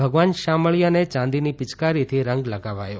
ભગવાન શામળિયાને ચાંદીની પિચકારીથી રંગ લગાવાયો